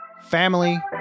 family